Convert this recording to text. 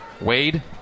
Wade